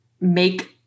make